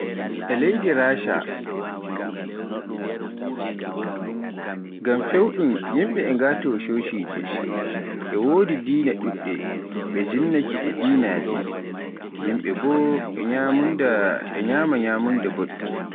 E leydi Raaca ngam pewɗum yimɓe e ngaato coociije, e woodi diina ɗuuɗɗe, ɓe jinnake e diinaaji, yimɓe boo e nyaamunnda - e nyaama nyaamunnda booɗɗum.